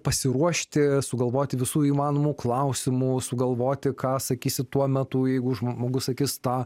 pasiruošti sugalvoti visų įmanomų klausimų sugalvoti ką sakysi tuo metu jeigu žmogus sakys tą